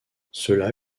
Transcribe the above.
cela